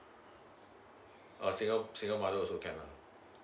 uh single single mother also can lah